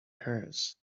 hers